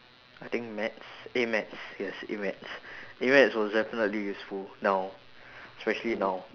I think maths A maths yes A maths A maths was definitely useful now especially now